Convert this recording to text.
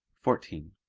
fourteen.